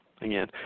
again